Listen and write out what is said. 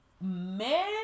Men